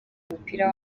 umupira